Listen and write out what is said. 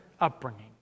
upbringing